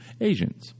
Asians